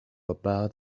about